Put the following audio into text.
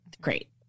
Great